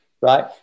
right